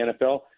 NFL